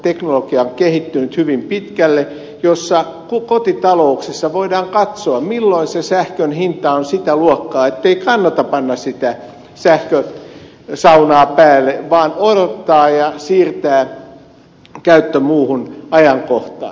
teknologia on kehittynyt hyvin pitkälle jolloin kotitalouksissa voidaan katsoa milloin se sähkön hinta on sitä luokkaa ettei kannata panna sitä sähkösaunaa päälle vaan kannattaa odottaa ja siirtää käyttö muuhun ajankohtaan